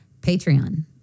Patreon